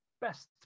best